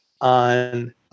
on